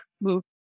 move